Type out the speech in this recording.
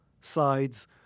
sides